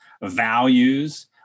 values